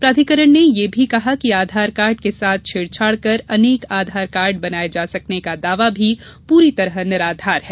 प्राधिकरण ने यह भी कहा कि आधार कार्ड के साथ छेड़छाड़ कर अनेक आधार कार्ड बनाए जा सकने का दावा भी पूरी तरह निराधार है